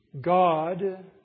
God